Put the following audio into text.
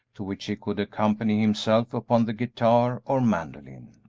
to which he could accompany himself upon the guitar or mandolin.